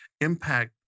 impact